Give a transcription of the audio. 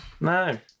No